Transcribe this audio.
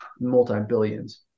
multi-billions